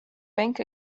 bank